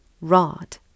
rod